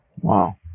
Wow